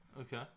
Okay